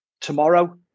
tomorrow